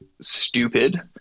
stupid